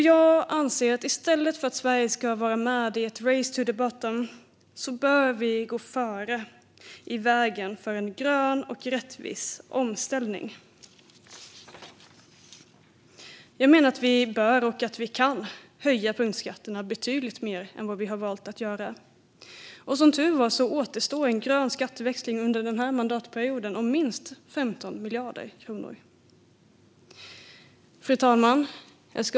Jag anser att Sverige i stället för att vara med i ett race to the bottom bör gå före på vägen mot en grön och rättvis omställning. Jag menar att vi bör och kan höja punktskatterna betydligt mer än vad vi har valt att göra. Som tur är återstår en grön skatteväxling under den här mandatperioden om minst 15 miljarder kronor. Fru talman!